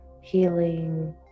healing